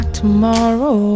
tomorrow